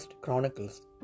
Chronicles